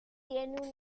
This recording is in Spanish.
tiene